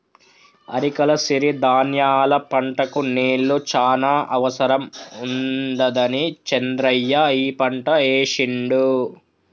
అరికల సిరి ధాన్యాల పంటకు నీళ్లు చాన అవసరం ఉండదని చంద్రయ్య ఈ పంట ఏశిండు